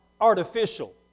artificial